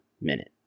minute